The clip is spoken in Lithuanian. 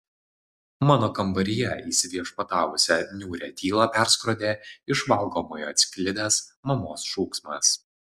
mano kambaryje įsiviešpatavusią niūrią tylą perskrodė iš valgomojo atsklidęs mamos šūksmas